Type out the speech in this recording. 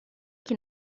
que